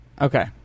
Okay